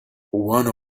one